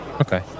Okay